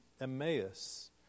Emmaus